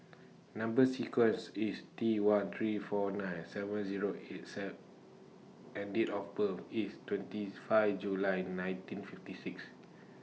Number sequence IS T one three four nine seven Zero eight C and Date of birth IS twenty five July nineteen fifty six